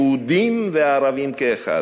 יהודים וערבים כאחד.